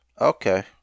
Okay